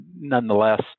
nonetheless